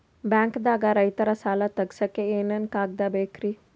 ಬ್ಯಾಂಕ್ದಾಗ ರೈತರ ಸಾಲ ತಗ್ಸಕ್ಕೆ ಏನೇನ್ ಕಾಗ್ದ ಬೇಕ್ರಿ?